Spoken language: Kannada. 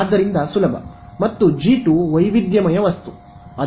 ಆದ್ದರಿಂದ ಸುಲಭ ಮತ್ತು ಜಿ 2 ವೈವಿಧ್ಯಮಯ ವಸ್ತು